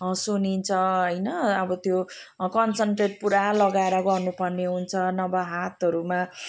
सुन्निन्छ होइन अब त्यो कन्सन्ट्रेट पुरा लगाएर गर्नुपर्ने हुन्छ नभए हातहरूमा